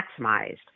maximized